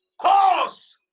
cause